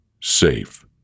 Safe